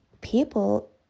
people